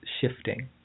shifting